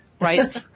Right